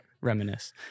reminisce